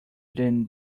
than